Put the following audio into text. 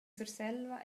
surselva